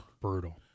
brutal